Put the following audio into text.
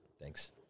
Thanks